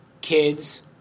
kids